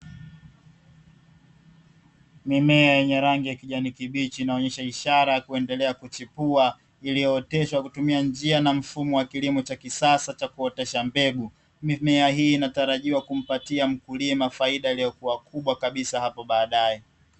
Mimea yenye rangi ya kijani kibichi, inaonyesha ishara ya kuendelea kuchipua, iliyooteshwa kwa kutumia njia ya mfumo wa kilimo cha kisasa. Mimea hiyo inatarajia kumpatia mkulima faida iliyokuwa kubwa kabisa hapo baadae.